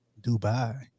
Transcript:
Dubai